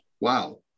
wow